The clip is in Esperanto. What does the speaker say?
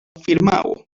firmao